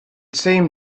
seemed